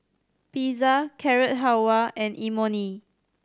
Pizza Carrot Halwa and Imoni